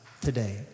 today